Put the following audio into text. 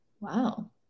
Wow